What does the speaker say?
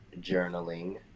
journaling